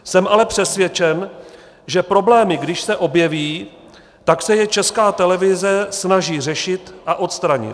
Jsem ale přesvědčen, že problémy, když se objeví, tak se je Česká televize snaží řešit a odstranit.